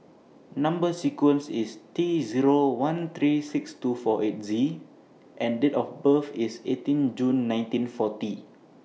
Number sequence IS T Zero one three six two four eight Z and Date of birth IS eighteen June nineteen forty